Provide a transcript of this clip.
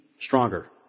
stronger